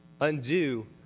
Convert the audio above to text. Undo